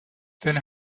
then